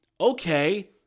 okay